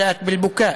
בדאת באלבוכא".